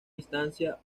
instancia